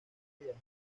aislada